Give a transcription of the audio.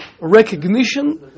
recognition